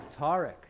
Tarek